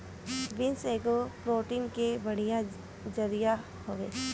beans एगो protein के बढ़िया जरिया हवे